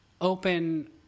open